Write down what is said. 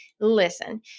listen